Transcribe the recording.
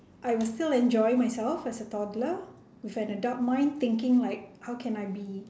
I will still enjoy myself as a toddler with an adult mind thinking like how can I be